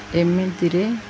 ଏମିତିରେ